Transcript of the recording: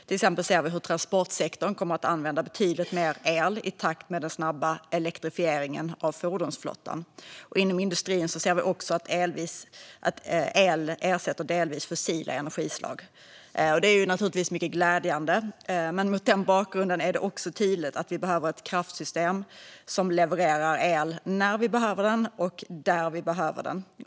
Till exempel ser vi hur transportsektorn kommer att använda betydligt mer el i takt med den snabba elektrifieringen av fordonsflottan. Inom industrin ser vi också att el delvis ersätter fossila energislag. Det är naturligtvis mycket glädjande. Mot den bakgrunden är det också tydligt att vi behöver ett kraftsystem som levererar el när vi behöver den och där vi behöver den.